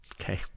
Okay